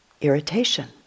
irritation